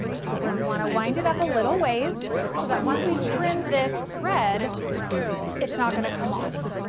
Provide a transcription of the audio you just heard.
so see we want to wind it up a little ways so that once we trim this thread it's not going to come off.